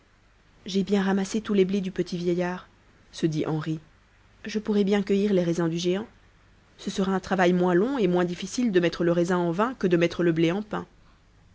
j'ai bien ramassé tous les blés du petit vieillard se dit henri je pourrai bien cueillir les raisins du géant ce sera un travail moins long et moins difficile de mettre le raisin en vin que de mettre le blé en pains